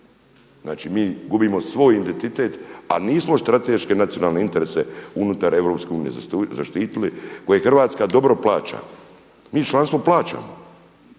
Znači, mi gubimo svoj identitet a nismo strateške nacionalne interese unutar Europske unije zaštitili koje Hrvatska dobro plaća. Mi članstvo plaćamo